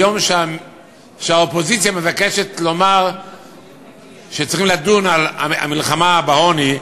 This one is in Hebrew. שבו האופוזיציה מבקשת לומר שצריכים לדון על המלחמה בעוני,